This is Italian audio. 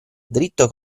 dritto